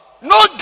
No